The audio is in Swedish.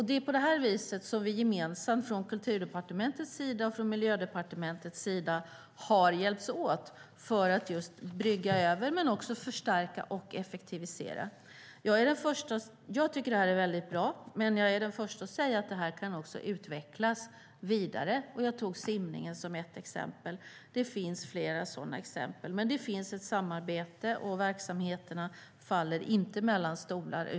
Det är så vi gemensamt från Kulturdepartements och Miljödepartementets sida har hjälps åt för att överbrygga men också förstärka och effektivisera. Jag tycker att det är väldigt bra, men jag är den första att säga att det kan utvecklas vidare. Jag tog simningen som exempel, men det finns fler exempel. Det finns ett samarbete, och verksamheterna faller inte mellan stolarna.